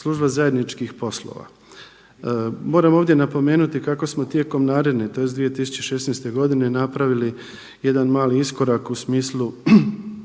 Služba zajedničkih poslova. Moram ovdje napomenuti kako smo tijekom naredne, tj. 2016. godine napravili jedan mali iskorak u smislu